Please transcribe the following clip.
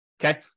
Okay